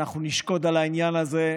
ואנחנו נשקוד על העניין הזה.